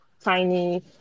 tiny